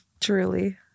Truly